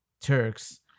Turks